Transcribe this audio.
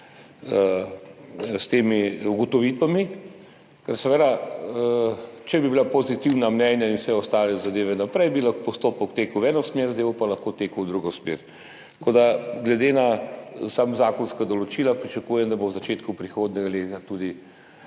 s temi ugotovitvami. Ker seveda, če bi bila pozitivna mnenja in vse ostale zadeve naprej, bi lahko postopek tekel v eno smer, zdaj bo pa lahko tekel v drugo smer. Tako da glede na sama zakonska določila pričakujem, da bo v začetku prihodnjega leta tudi